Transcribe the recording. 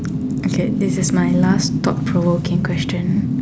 okay this is my last thought-provoking question